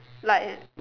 like